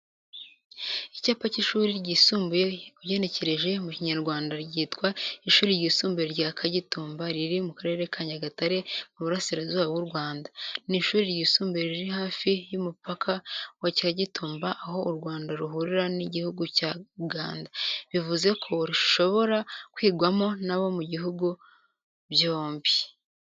Icyapa cy’ishuri ryisumbuye ugenekereje mu kinyarwanda ryitwa ishuri ryisumbuye rya kagitumba riri mu karere ka nyagatare mu burasirazuba bw’urwanda. Ni ishuri ryisumbuye riri hafi y'umupaka wa kagitumba aho urwanda ruhurira n’igihugu cya uganda. Bivuzeko rishobora kwigwamo n'abo mu bihugo byombi.